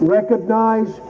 Recognize